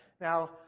Now